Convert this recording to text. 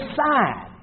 side